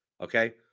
Okay